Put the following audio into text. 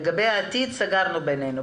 לגבי העתיד סגרנו בינינו.